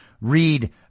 read